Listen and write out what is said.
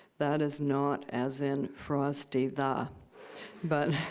that is not as in frosty the but